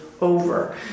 over